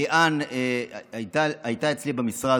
ליאן הייתה אצלי במשרד,